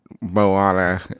Moana